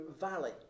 valley